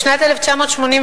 בשנת 1998,